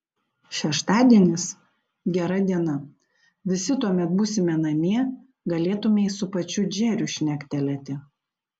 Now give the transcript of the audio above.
šeštadienis gera diena visi tuomet būsime namie galėtumei su pačiu džeriu šnektelėti